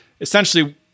essentially